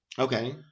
Okay